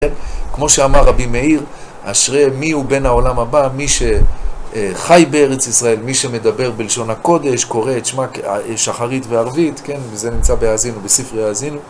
כמו שאמר רבי מאיר, אשרי מי הוא בן העולם הבא, מי שחי בארץ ישראל, מי שמדבר בלשון הקודש, קורא את שמע שחרית וערבית, וזה נמצא בהאזינו, בספר האזינו.